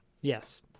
Yes